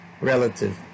relative